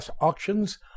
auctions